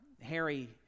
Harry